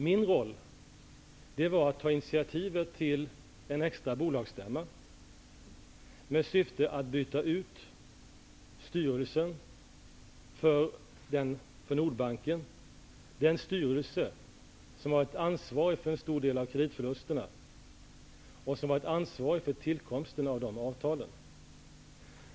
Min roll var att ta initiativet till en extra bolagsstämma med syfte att byta ut styrelsen för Nordbanken -- den styrelse som var ansvarig för en stor del av kreditförlusterna, och ansvarig för tillkomsten av dessa avtal.